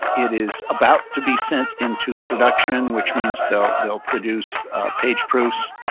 it is about to be sent into production, which means they'll they'll produce a page proofs.